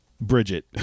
bridget